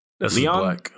Leon